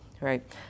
right